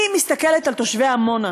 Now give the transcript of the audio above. אני מסתכלת על תושבי עמונה,